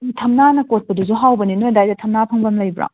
ꯎꯝ ꯊꯝꯅꯥꯅ ꯀꯣꯠꯄꯗꯨꯁꯨ ꯍꯥꯎꯕꯅꯦ ꯅꯣꯏ ꯑꯗꯥꯏꯗ ꯊꯝꯅꯥ ꯐꯪꯕꯝ ꯂꯩꯕ꯭ꯔꯣ